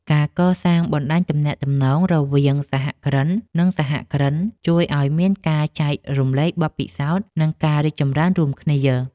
ការកសាងបណ្តាញទំនាក់ទំនងរវាងសហគ្រិន និងសហគ្រិនជួយឱ្យមានការចែករំលែកបទពិសោធន៍ និងការរីកចម្រើនរួមគ្នា។